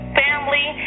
family